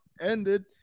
ended